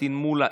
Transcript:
פטין מולא,